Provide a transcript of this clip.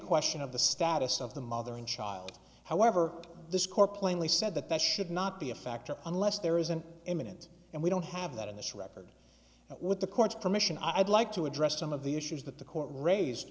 question of the status of the mother and child however the score plainly said that that should not be a factor unless there is an imminent and we don't have that in this record at what the court's permission i'd like to address some of the issues that the court raised